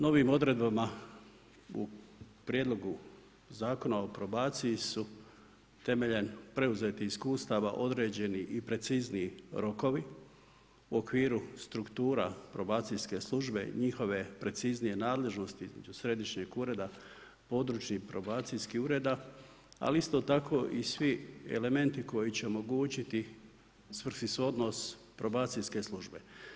Novim odredbama u Prijedlogu zakona o prabaciji su temeljem preuzetih iskustava određeni i precizniji rokovi u okviru struktura probacijske službe i njihove preciznije nadležnosti između središnjeg ureda, područnih probacijskih ureda ali isto tako i svi elementi koji će omogućiti svrsishodnost probacijske službe.